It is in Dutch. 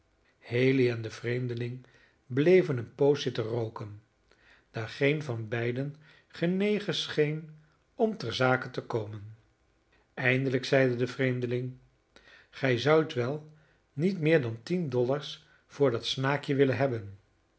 haley en de vreemdeling bleven een poos zitten rooken daar geen van beiden genegen scheen om ter zake te komen eindelijk zeide de vreemdeling gij zoudt wel niet meer dan tien dollars voor dat snaakje willen hebben